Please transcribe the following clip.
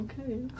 okay